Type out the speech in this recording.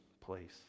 place